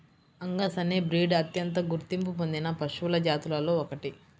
Angus అనే breed అత్యంత గుర్తింపు పొందిన పశువుల జాతులలో ఒకటి